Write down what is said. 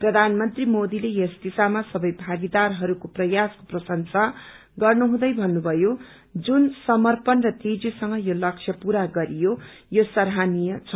प्रधानमंत्री मोदीले यस दिशामा सबै भागीदारहरूको प्रयासको प्रशंसा गर्नुहुदै भन्नुभयो जुन समप्रण र तेजीसंग यो लक्ष्य पूरा गरियो यो सराहनीय छ